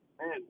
Man